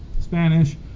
Spanish